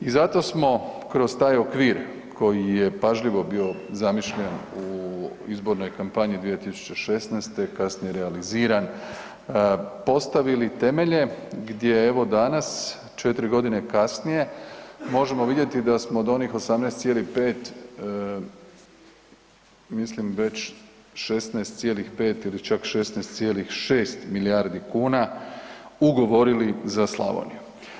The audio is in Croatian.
I zato smo kroz taj okvir koji je pažljivo bio zamišljen u izbornoj kampanji 2016. i kasnije realiziran postavili temelje gdje evo danas, 4 godine kasnije možemo vidjeti da smo od onih 18,5 mislim već 16,5 ili čak 16,6 milijardi kuna ugovorili za Slavoniju.